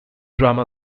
drama